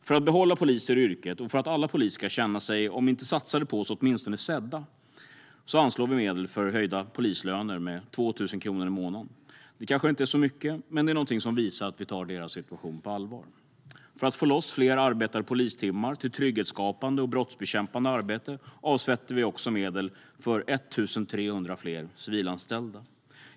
För att behålla poliser i yrket och för att alla poliser ska känna sig om inte satsade på, så åtminstone sedda, anslår vi medel för höjda polislöner med 2 000 kronor i månaden. Det kanske inte är så mycket, men det visar att vi tar deras situation på allvar. För att få loss fler arbetade polistimmar till trygghetsskapande och brottsbekämpande arbete avsätter vi också medel för 1 300 fler civilanställda.